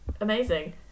amazing